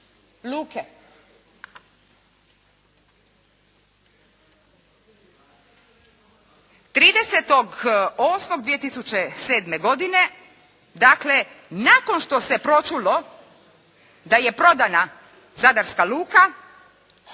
luke? 30. 8. 2007. godine dakle nakon što se pročulo da je prodana Zadarska luka,